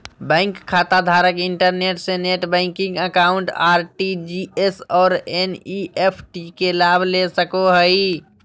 bank खाताधारक internet से net banking account, RTGS और एन.इ.एफ.टी के लाभ ले सको हइ